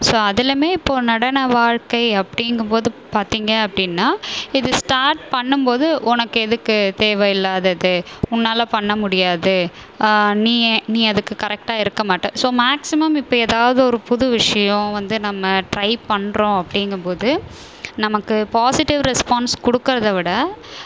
so அதுலேமே இப்போது நடன வாழ்க்கை அப்படிங்கும் போது பார்த்தீங்க அப்படின்னா இது ஸ்டார்ட் பண்ணும் போது உனக்கு எதுக்கு தேவை இல்லாதது உன்னால் பண்ண முடியாது நீயே நீ அதுக்கு கரெக்டாக இருக்க மாட்ட ஸோ மேக்ஸிமம் இப்போ ஏதாவது ஒரு புது விஷயம் வந்து நம்ம ட்ரை பண்ணுறோம் அப்படிங்க போது நமக்கு பாசிட்டிவ் ரெஸ்பான்ஸ் கொடுக்கறத விட